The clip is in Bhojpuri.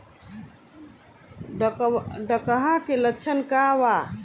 डकहा के लक्षण का वा?